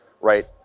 right